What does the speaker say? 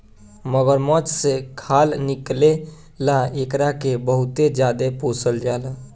मगरमच्छ से खाल निकले ला एकरा के बहुते ज्यादे पोसल जाला